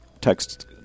text